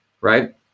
right